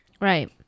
right